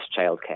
childcare